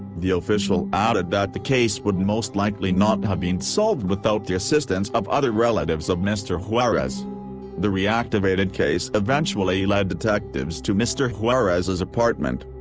the official added that the case would most likely not have been solved without the assistance of other relatives of mr. juarez the reactivated case eventually led detectives to mr. juarez's apartment.